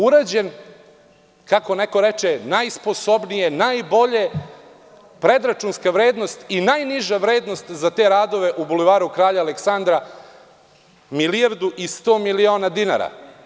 Urađen, kako neko reče, najsposobnije, najbolje, predračunska vrednost i najniža vrednost za te radove u Buelvaru Kralja Aleksandra je milijardu i 100 miliona dinara.